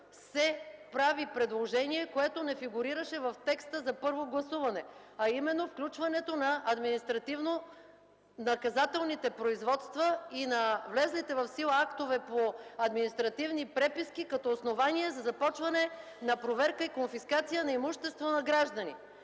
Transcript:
се прави предложение, което не фигурираше в текста за първо гласуване, а именно включването на административнонаказателните производства и на влезлите в сила актове по административни преписки, като основание за започване на проверка и конфискация на имущество на гражданите.